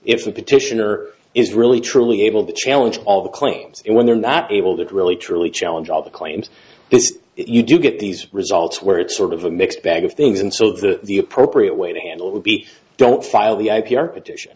if the petitioner is really truly able to challenge all claims and when they're not able to really truly challenge all the claims you do get these results where it's sort of a mixed bag of things and so the appropriate way to handle it would be don't file the i p r petition